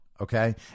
Okay